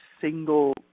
single